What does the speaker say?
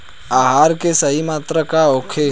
आहार के सही मात्रा का होखे?